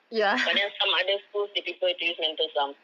but then some other schools they prefer to use mental sums